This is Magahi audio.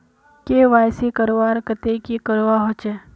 के.वाई.सी करवार केते की करवा होचए?